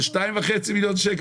זה 2.5 מיליון שקל.